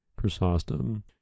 Chrysostom